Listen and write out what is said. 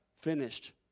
finished